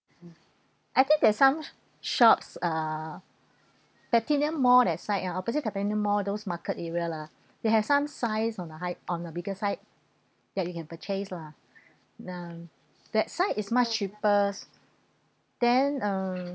I think there is some shops uh platinum mall that side ah opposite platinum mall those market area lah they have some size on the high on the bigger size that you can purchase lah nah that side is much cheaper then uh